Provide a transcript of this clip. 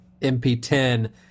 MP10